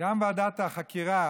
גם ועדת החקירה,